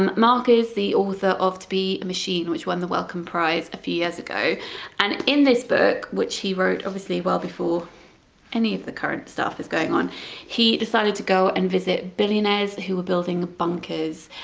um mark is the author of to be a machine which won the wellcome prize a few years ago and in this book which he wrote obviously well before any of the current stuff is going on he decided to go and visit billionaires who were building bunkers,